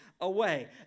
away